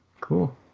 Cool